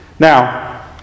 Now